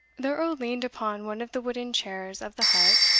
the earl leaned upon one of the wooden chairs of the hut,